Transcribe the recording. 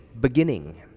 beginning